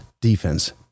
defense